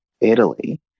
Italy